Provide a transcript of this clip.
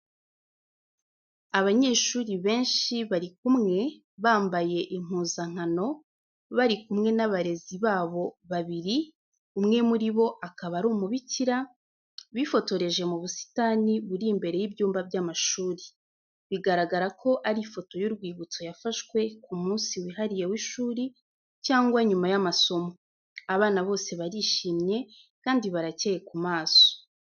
Abanyeshuri benshi bari kumwe, bambaye impuzankano bari kumwe n’abarezi babo babiri umwe muri bo akaba ari umubikira, bifotoreje mu busitani buri imbere y’ibyumba by'amashuri. Bigaragara ko ari ifoto y’urwibutso yafashwe ku munsi wihariye w’ishuri cyangwa nyuma y’amasomo. Abana bose barishimye kandi baracyeye ku maso.